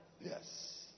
yes